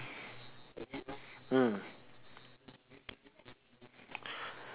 mm